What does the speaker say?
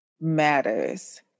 matters